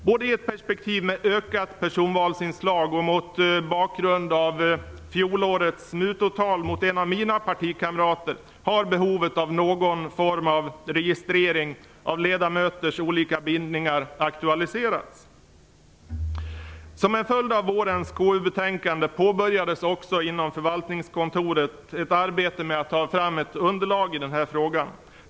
Både i ett perspektiv med ett ökat personvalsinslag och mot bakgrund av fjolårets mutåtal mot en av mina partikamrater har behovet av någon form av registrering av ledamöters olika bindningar aktualiserats. Som en följd av vårens KU-betänkande påbörjades också inom förvaltningskontoret ett arbete med att ta fram ett underlag i den här frågan.